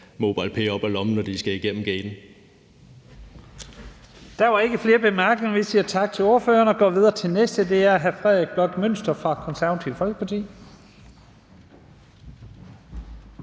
MobilePay op af lommen, når de skal igennem gaten.